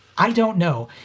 i don't know,